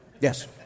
Yes